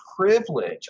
privilege